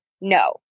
No